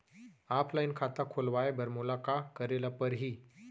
Offline खाता खोलवाय बर मोला का करे ल परही?